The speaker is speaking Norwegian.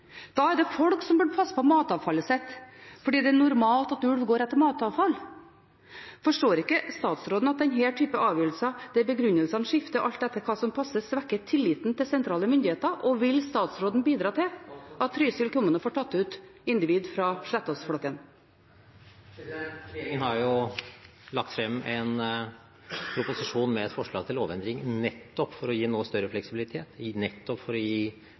Da er det folk som bør passe på matavfallet sitt, fordi det er normalt at ulv går etter matavfall. Forstår ikke statsråden at denne typen avgjørelser, der begrunnelsene skifter alt etter hva som passer, svekker tilliten til sentrale myndigheter? Og vil statsråden bidra til at Trysil kommune får tatt ut individer fra Slettås-flokken? Regjeringen har lagt frem en proposisjon med et forslag til lovendring nettopp for å gi noe større fleksibilitet og nettopp for å gi